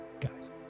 guys